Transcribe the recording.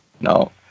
No